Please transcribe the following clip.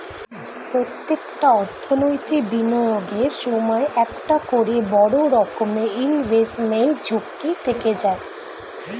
প্রত্যেকটা অর্থনৈতিক বিনিয়োগের সময় একটা করে বড় রকমের ইনভেস্টমেন্ট ঝুঁকি থেকে যায়